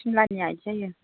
सिमलानिया बिदि जायो